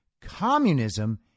Communism